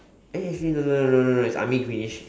eh actually no no no no no it's army greenish